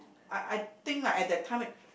I I think lah at that time it